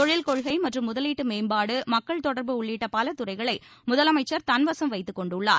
தொழில் கொள்கை மற்றும் முதலீட்டு மேம்பாடு மக்கள் தொடர்பு உள்ளிட்ட பல துறைகளை முதலமைச்சர் தன்வசம் வைத்துக்கொண்டுள்ளார்